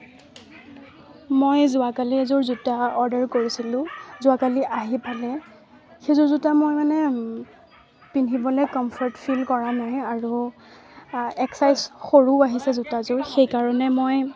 মই যোৱাকালি এযোৰ জোতা অৰ্ডাৰ কৰিছিলোঁ যোৱাকালি আহি পালে সেইযোৰ জোতা মই মানে পিন্ধিবলৈ কমফৰ্ট ফিল কৰা নাই আৰু এক চাইজ সৰুও আহিছে জোতাযোৰ সেইকাৰণে মই